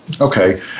Okay